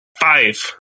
Five